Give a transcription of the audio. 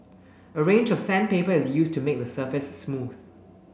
a range of sandpaper is used to make the surface smooth